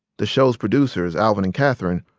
the show's producers, alvin and katherine,